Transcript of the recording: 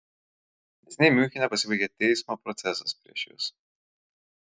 neseniai miunchene pasibaigė teismo procesas prieš jus